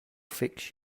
fix